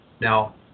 Now